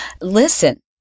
Listen